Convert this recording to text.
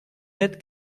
n’êtes